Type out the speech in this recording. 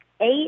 eight